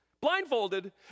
blindfolded